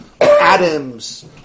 atoms